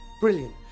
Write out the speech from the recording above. Brilliant